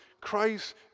Christ